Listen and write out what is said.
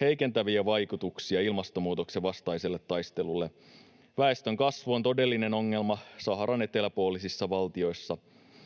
heikentäviä vaikutuksia ilmastonmuutoksen vastaiselle taistelulle. Väestönkasvu on todellinen ongelma Saharan eteläpuolisissa valtioissa,